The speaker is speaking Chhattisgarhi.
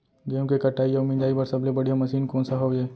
गेहूँ के कटाई अऊ मिंजाई बर सबले बढ़िया मशीन कोन सा हवये?